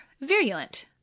virulent